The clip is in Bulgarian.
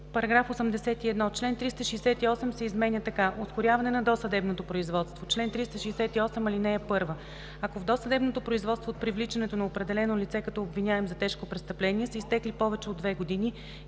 § 81. Член 368 се изменя така: „Ускоряване на досъдебното производство Чл. 368. (1) Ако в досъдебното производство от привличането на определено лице като обвиняем за тежко престъпление са изтекли повече от две години